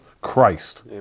Christ